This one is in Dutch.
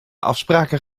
afspraken